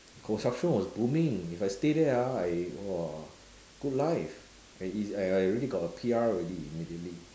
construction was booming if I stay there ah I !wah! good life and I I already got a P_R already immediately